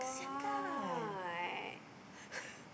kesian kan